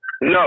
No